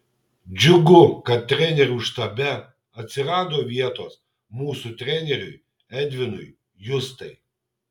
džiugu kad trenerių štabe atsirado vietos mūsų treneriui edvinui justai